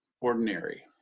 ordinary